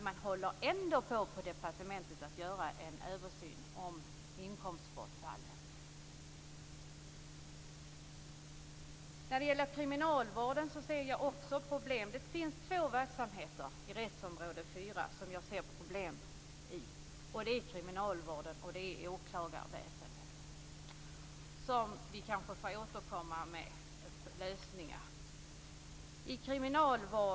Man håller ändå på departementet på med en översyn när det gäller inkomstbortfallet. När det gäller kriminalvården ser jag också problem. Det finns två verksamheter när det gäller utgiftsområde 4 där jag ser problem. Det är kriminalvården, och det är åklagarväsendet. Vi får kanske återkomma med lösningar.